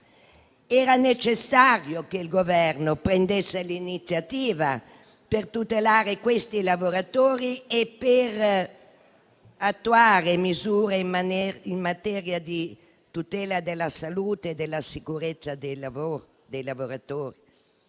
Era necessario che il Governo prendesse l'iniziativa di tutelare questi lavoratori per attuare misure in materia di tutela della salute e della sicurezza dei lavoratori.